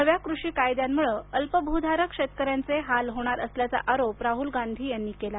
नव्या कृषी कायद्यांमुळे अल्पभूधारक शेतकऱ्यांचे हाल होणार असल्याचा आरोप राहुल गांधी यांनी केला